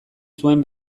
zuen